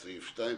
את סעיף 2,